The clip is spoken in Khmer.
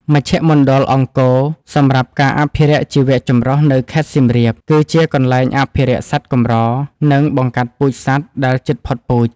មជ្ឈមណ្ឌលអង្គរសម្រាប់ការអភិរក្សជីវៈចម្រុះ នៅខេត្តសៀមរាប គឺជាកន្លែងអភិរក្សសត្វកម្រ និងបង្កាត់ពូជសត្វដែលជិតផុតពូជ។